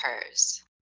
occurs